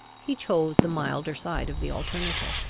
he chose the milder side of the alternative.